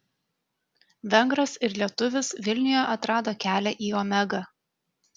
vengras ir lietuvis vilniuje atrado kelią į omegą